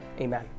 Amen